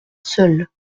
seule